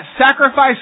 sacrifice